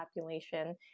population